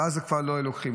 ואז כבר לא היו לוקחים.